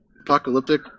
Apocalyptic